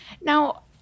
Now